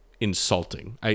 insulting